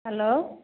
hello